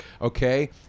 okay